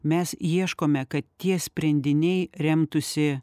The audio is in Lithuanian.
mes ieškome kad tie sprendiniai remtųsi